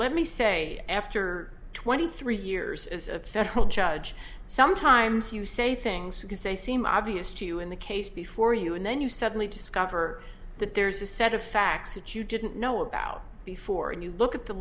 let me say after twenty three years as a federal judge sometimes you say things you say seem obvious to you in the case before you and then you suddenly discover that there's a set of facts that you didn't know about before and you look at the